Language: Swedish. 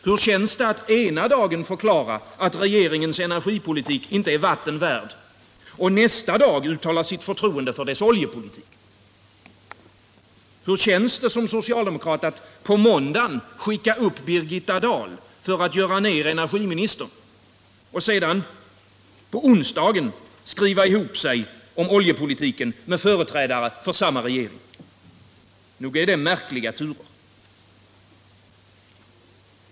Hur känns det att ena dagen förklara att regeringens energipolitik inte är vatten värd, och nästa dag uttala sitt förtroende för dess oljepolitik? Hur känns det att som socialdemokrat på måndagen skicka upp Birgitta Dahl i talarstolen för att göra ner energiministern i den borgerliga regeringen, och sedan på onsdagen skriva ihop sig om oljepolitiken med företrädare för samma regering? Nog är detta märkliga turer.